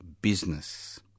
business